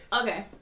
Okay